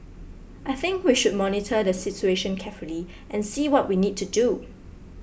I think we should monitor the situation carefully and see what we need to do